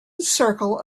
circle